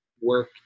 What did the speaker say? work